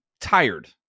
tired